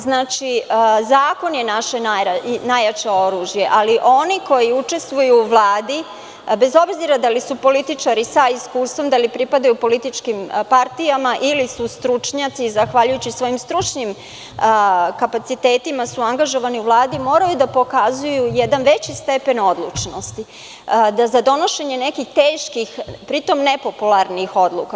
Zakon je naše najjače oružje, ali oni koji učestvuju u Vladi, bez obzira da li su političari sa iskustvom, da li pripadaju političkim partijama ili su stručnjaci zahvaljujući svojim stručnim kapacitetima, moraju da pokazuju jedan veći stepen odlučnosti da za donošenje nekih teških, pri tom nepopularnih, odluka.